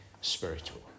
spiritual